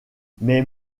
mais